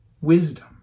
wisdom